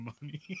money